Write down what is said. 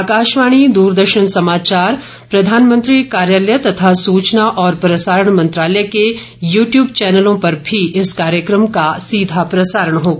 आकाशवाणी द्रदर्शन समाचार प्रधानमंत्री कार्यालय तथा सूचना और प्रसारण मंत्रालय के यू ट्यूब चैनलों पर भी इस कार्यक्रम का सीधा प्रसारण होगा